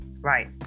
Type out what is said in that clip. Right